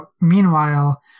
meanwhile